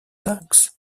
taxe